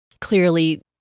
clearly